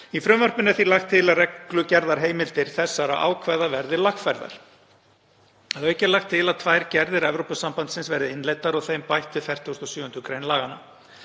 Í frumvarpinu er því lagt til að reglugerðarheimildir þessara ákvæða verði lagfærðar. Að auki er lagt til að tvær gerðir Evrópusambandsins verði innleiddar og þeim bætt við 47. gr. laganna.